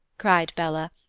cried bella,